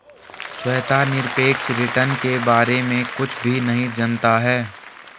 श्वेता निरपेक्ष रिटर्न के बारे में कुछ भी नहीं जनता है